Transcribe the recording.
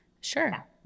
Sure